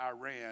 Iran